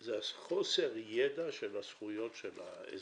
זה חוסר הידע של הזכויות של האזרח,